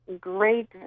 Great